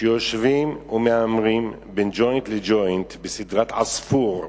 שיושבים ומהמרים בין ג'וינט לג'וינט בסדרה 'עספור',